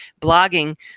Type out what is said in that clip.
blogging